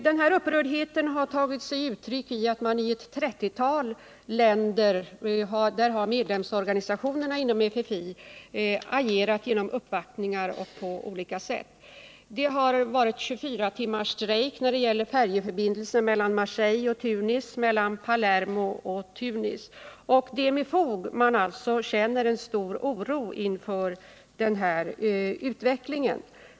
Den här upprördheten har tagit sig uttryck i att medlemsorganisationerna inom FFI iett 30-tal länder har agerat genom uppvaktningar och på andra sätt. En 24-timmarsstrejk har också genomförts i samband med färjeförbindelserna mellan Marseille och Tunis och mellan Palermo och Tunis. Det är alltså med fog man känner oro inför denna utveckling.